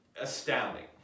astounding